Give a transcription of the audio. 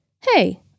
hey